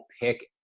pick